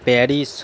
Paris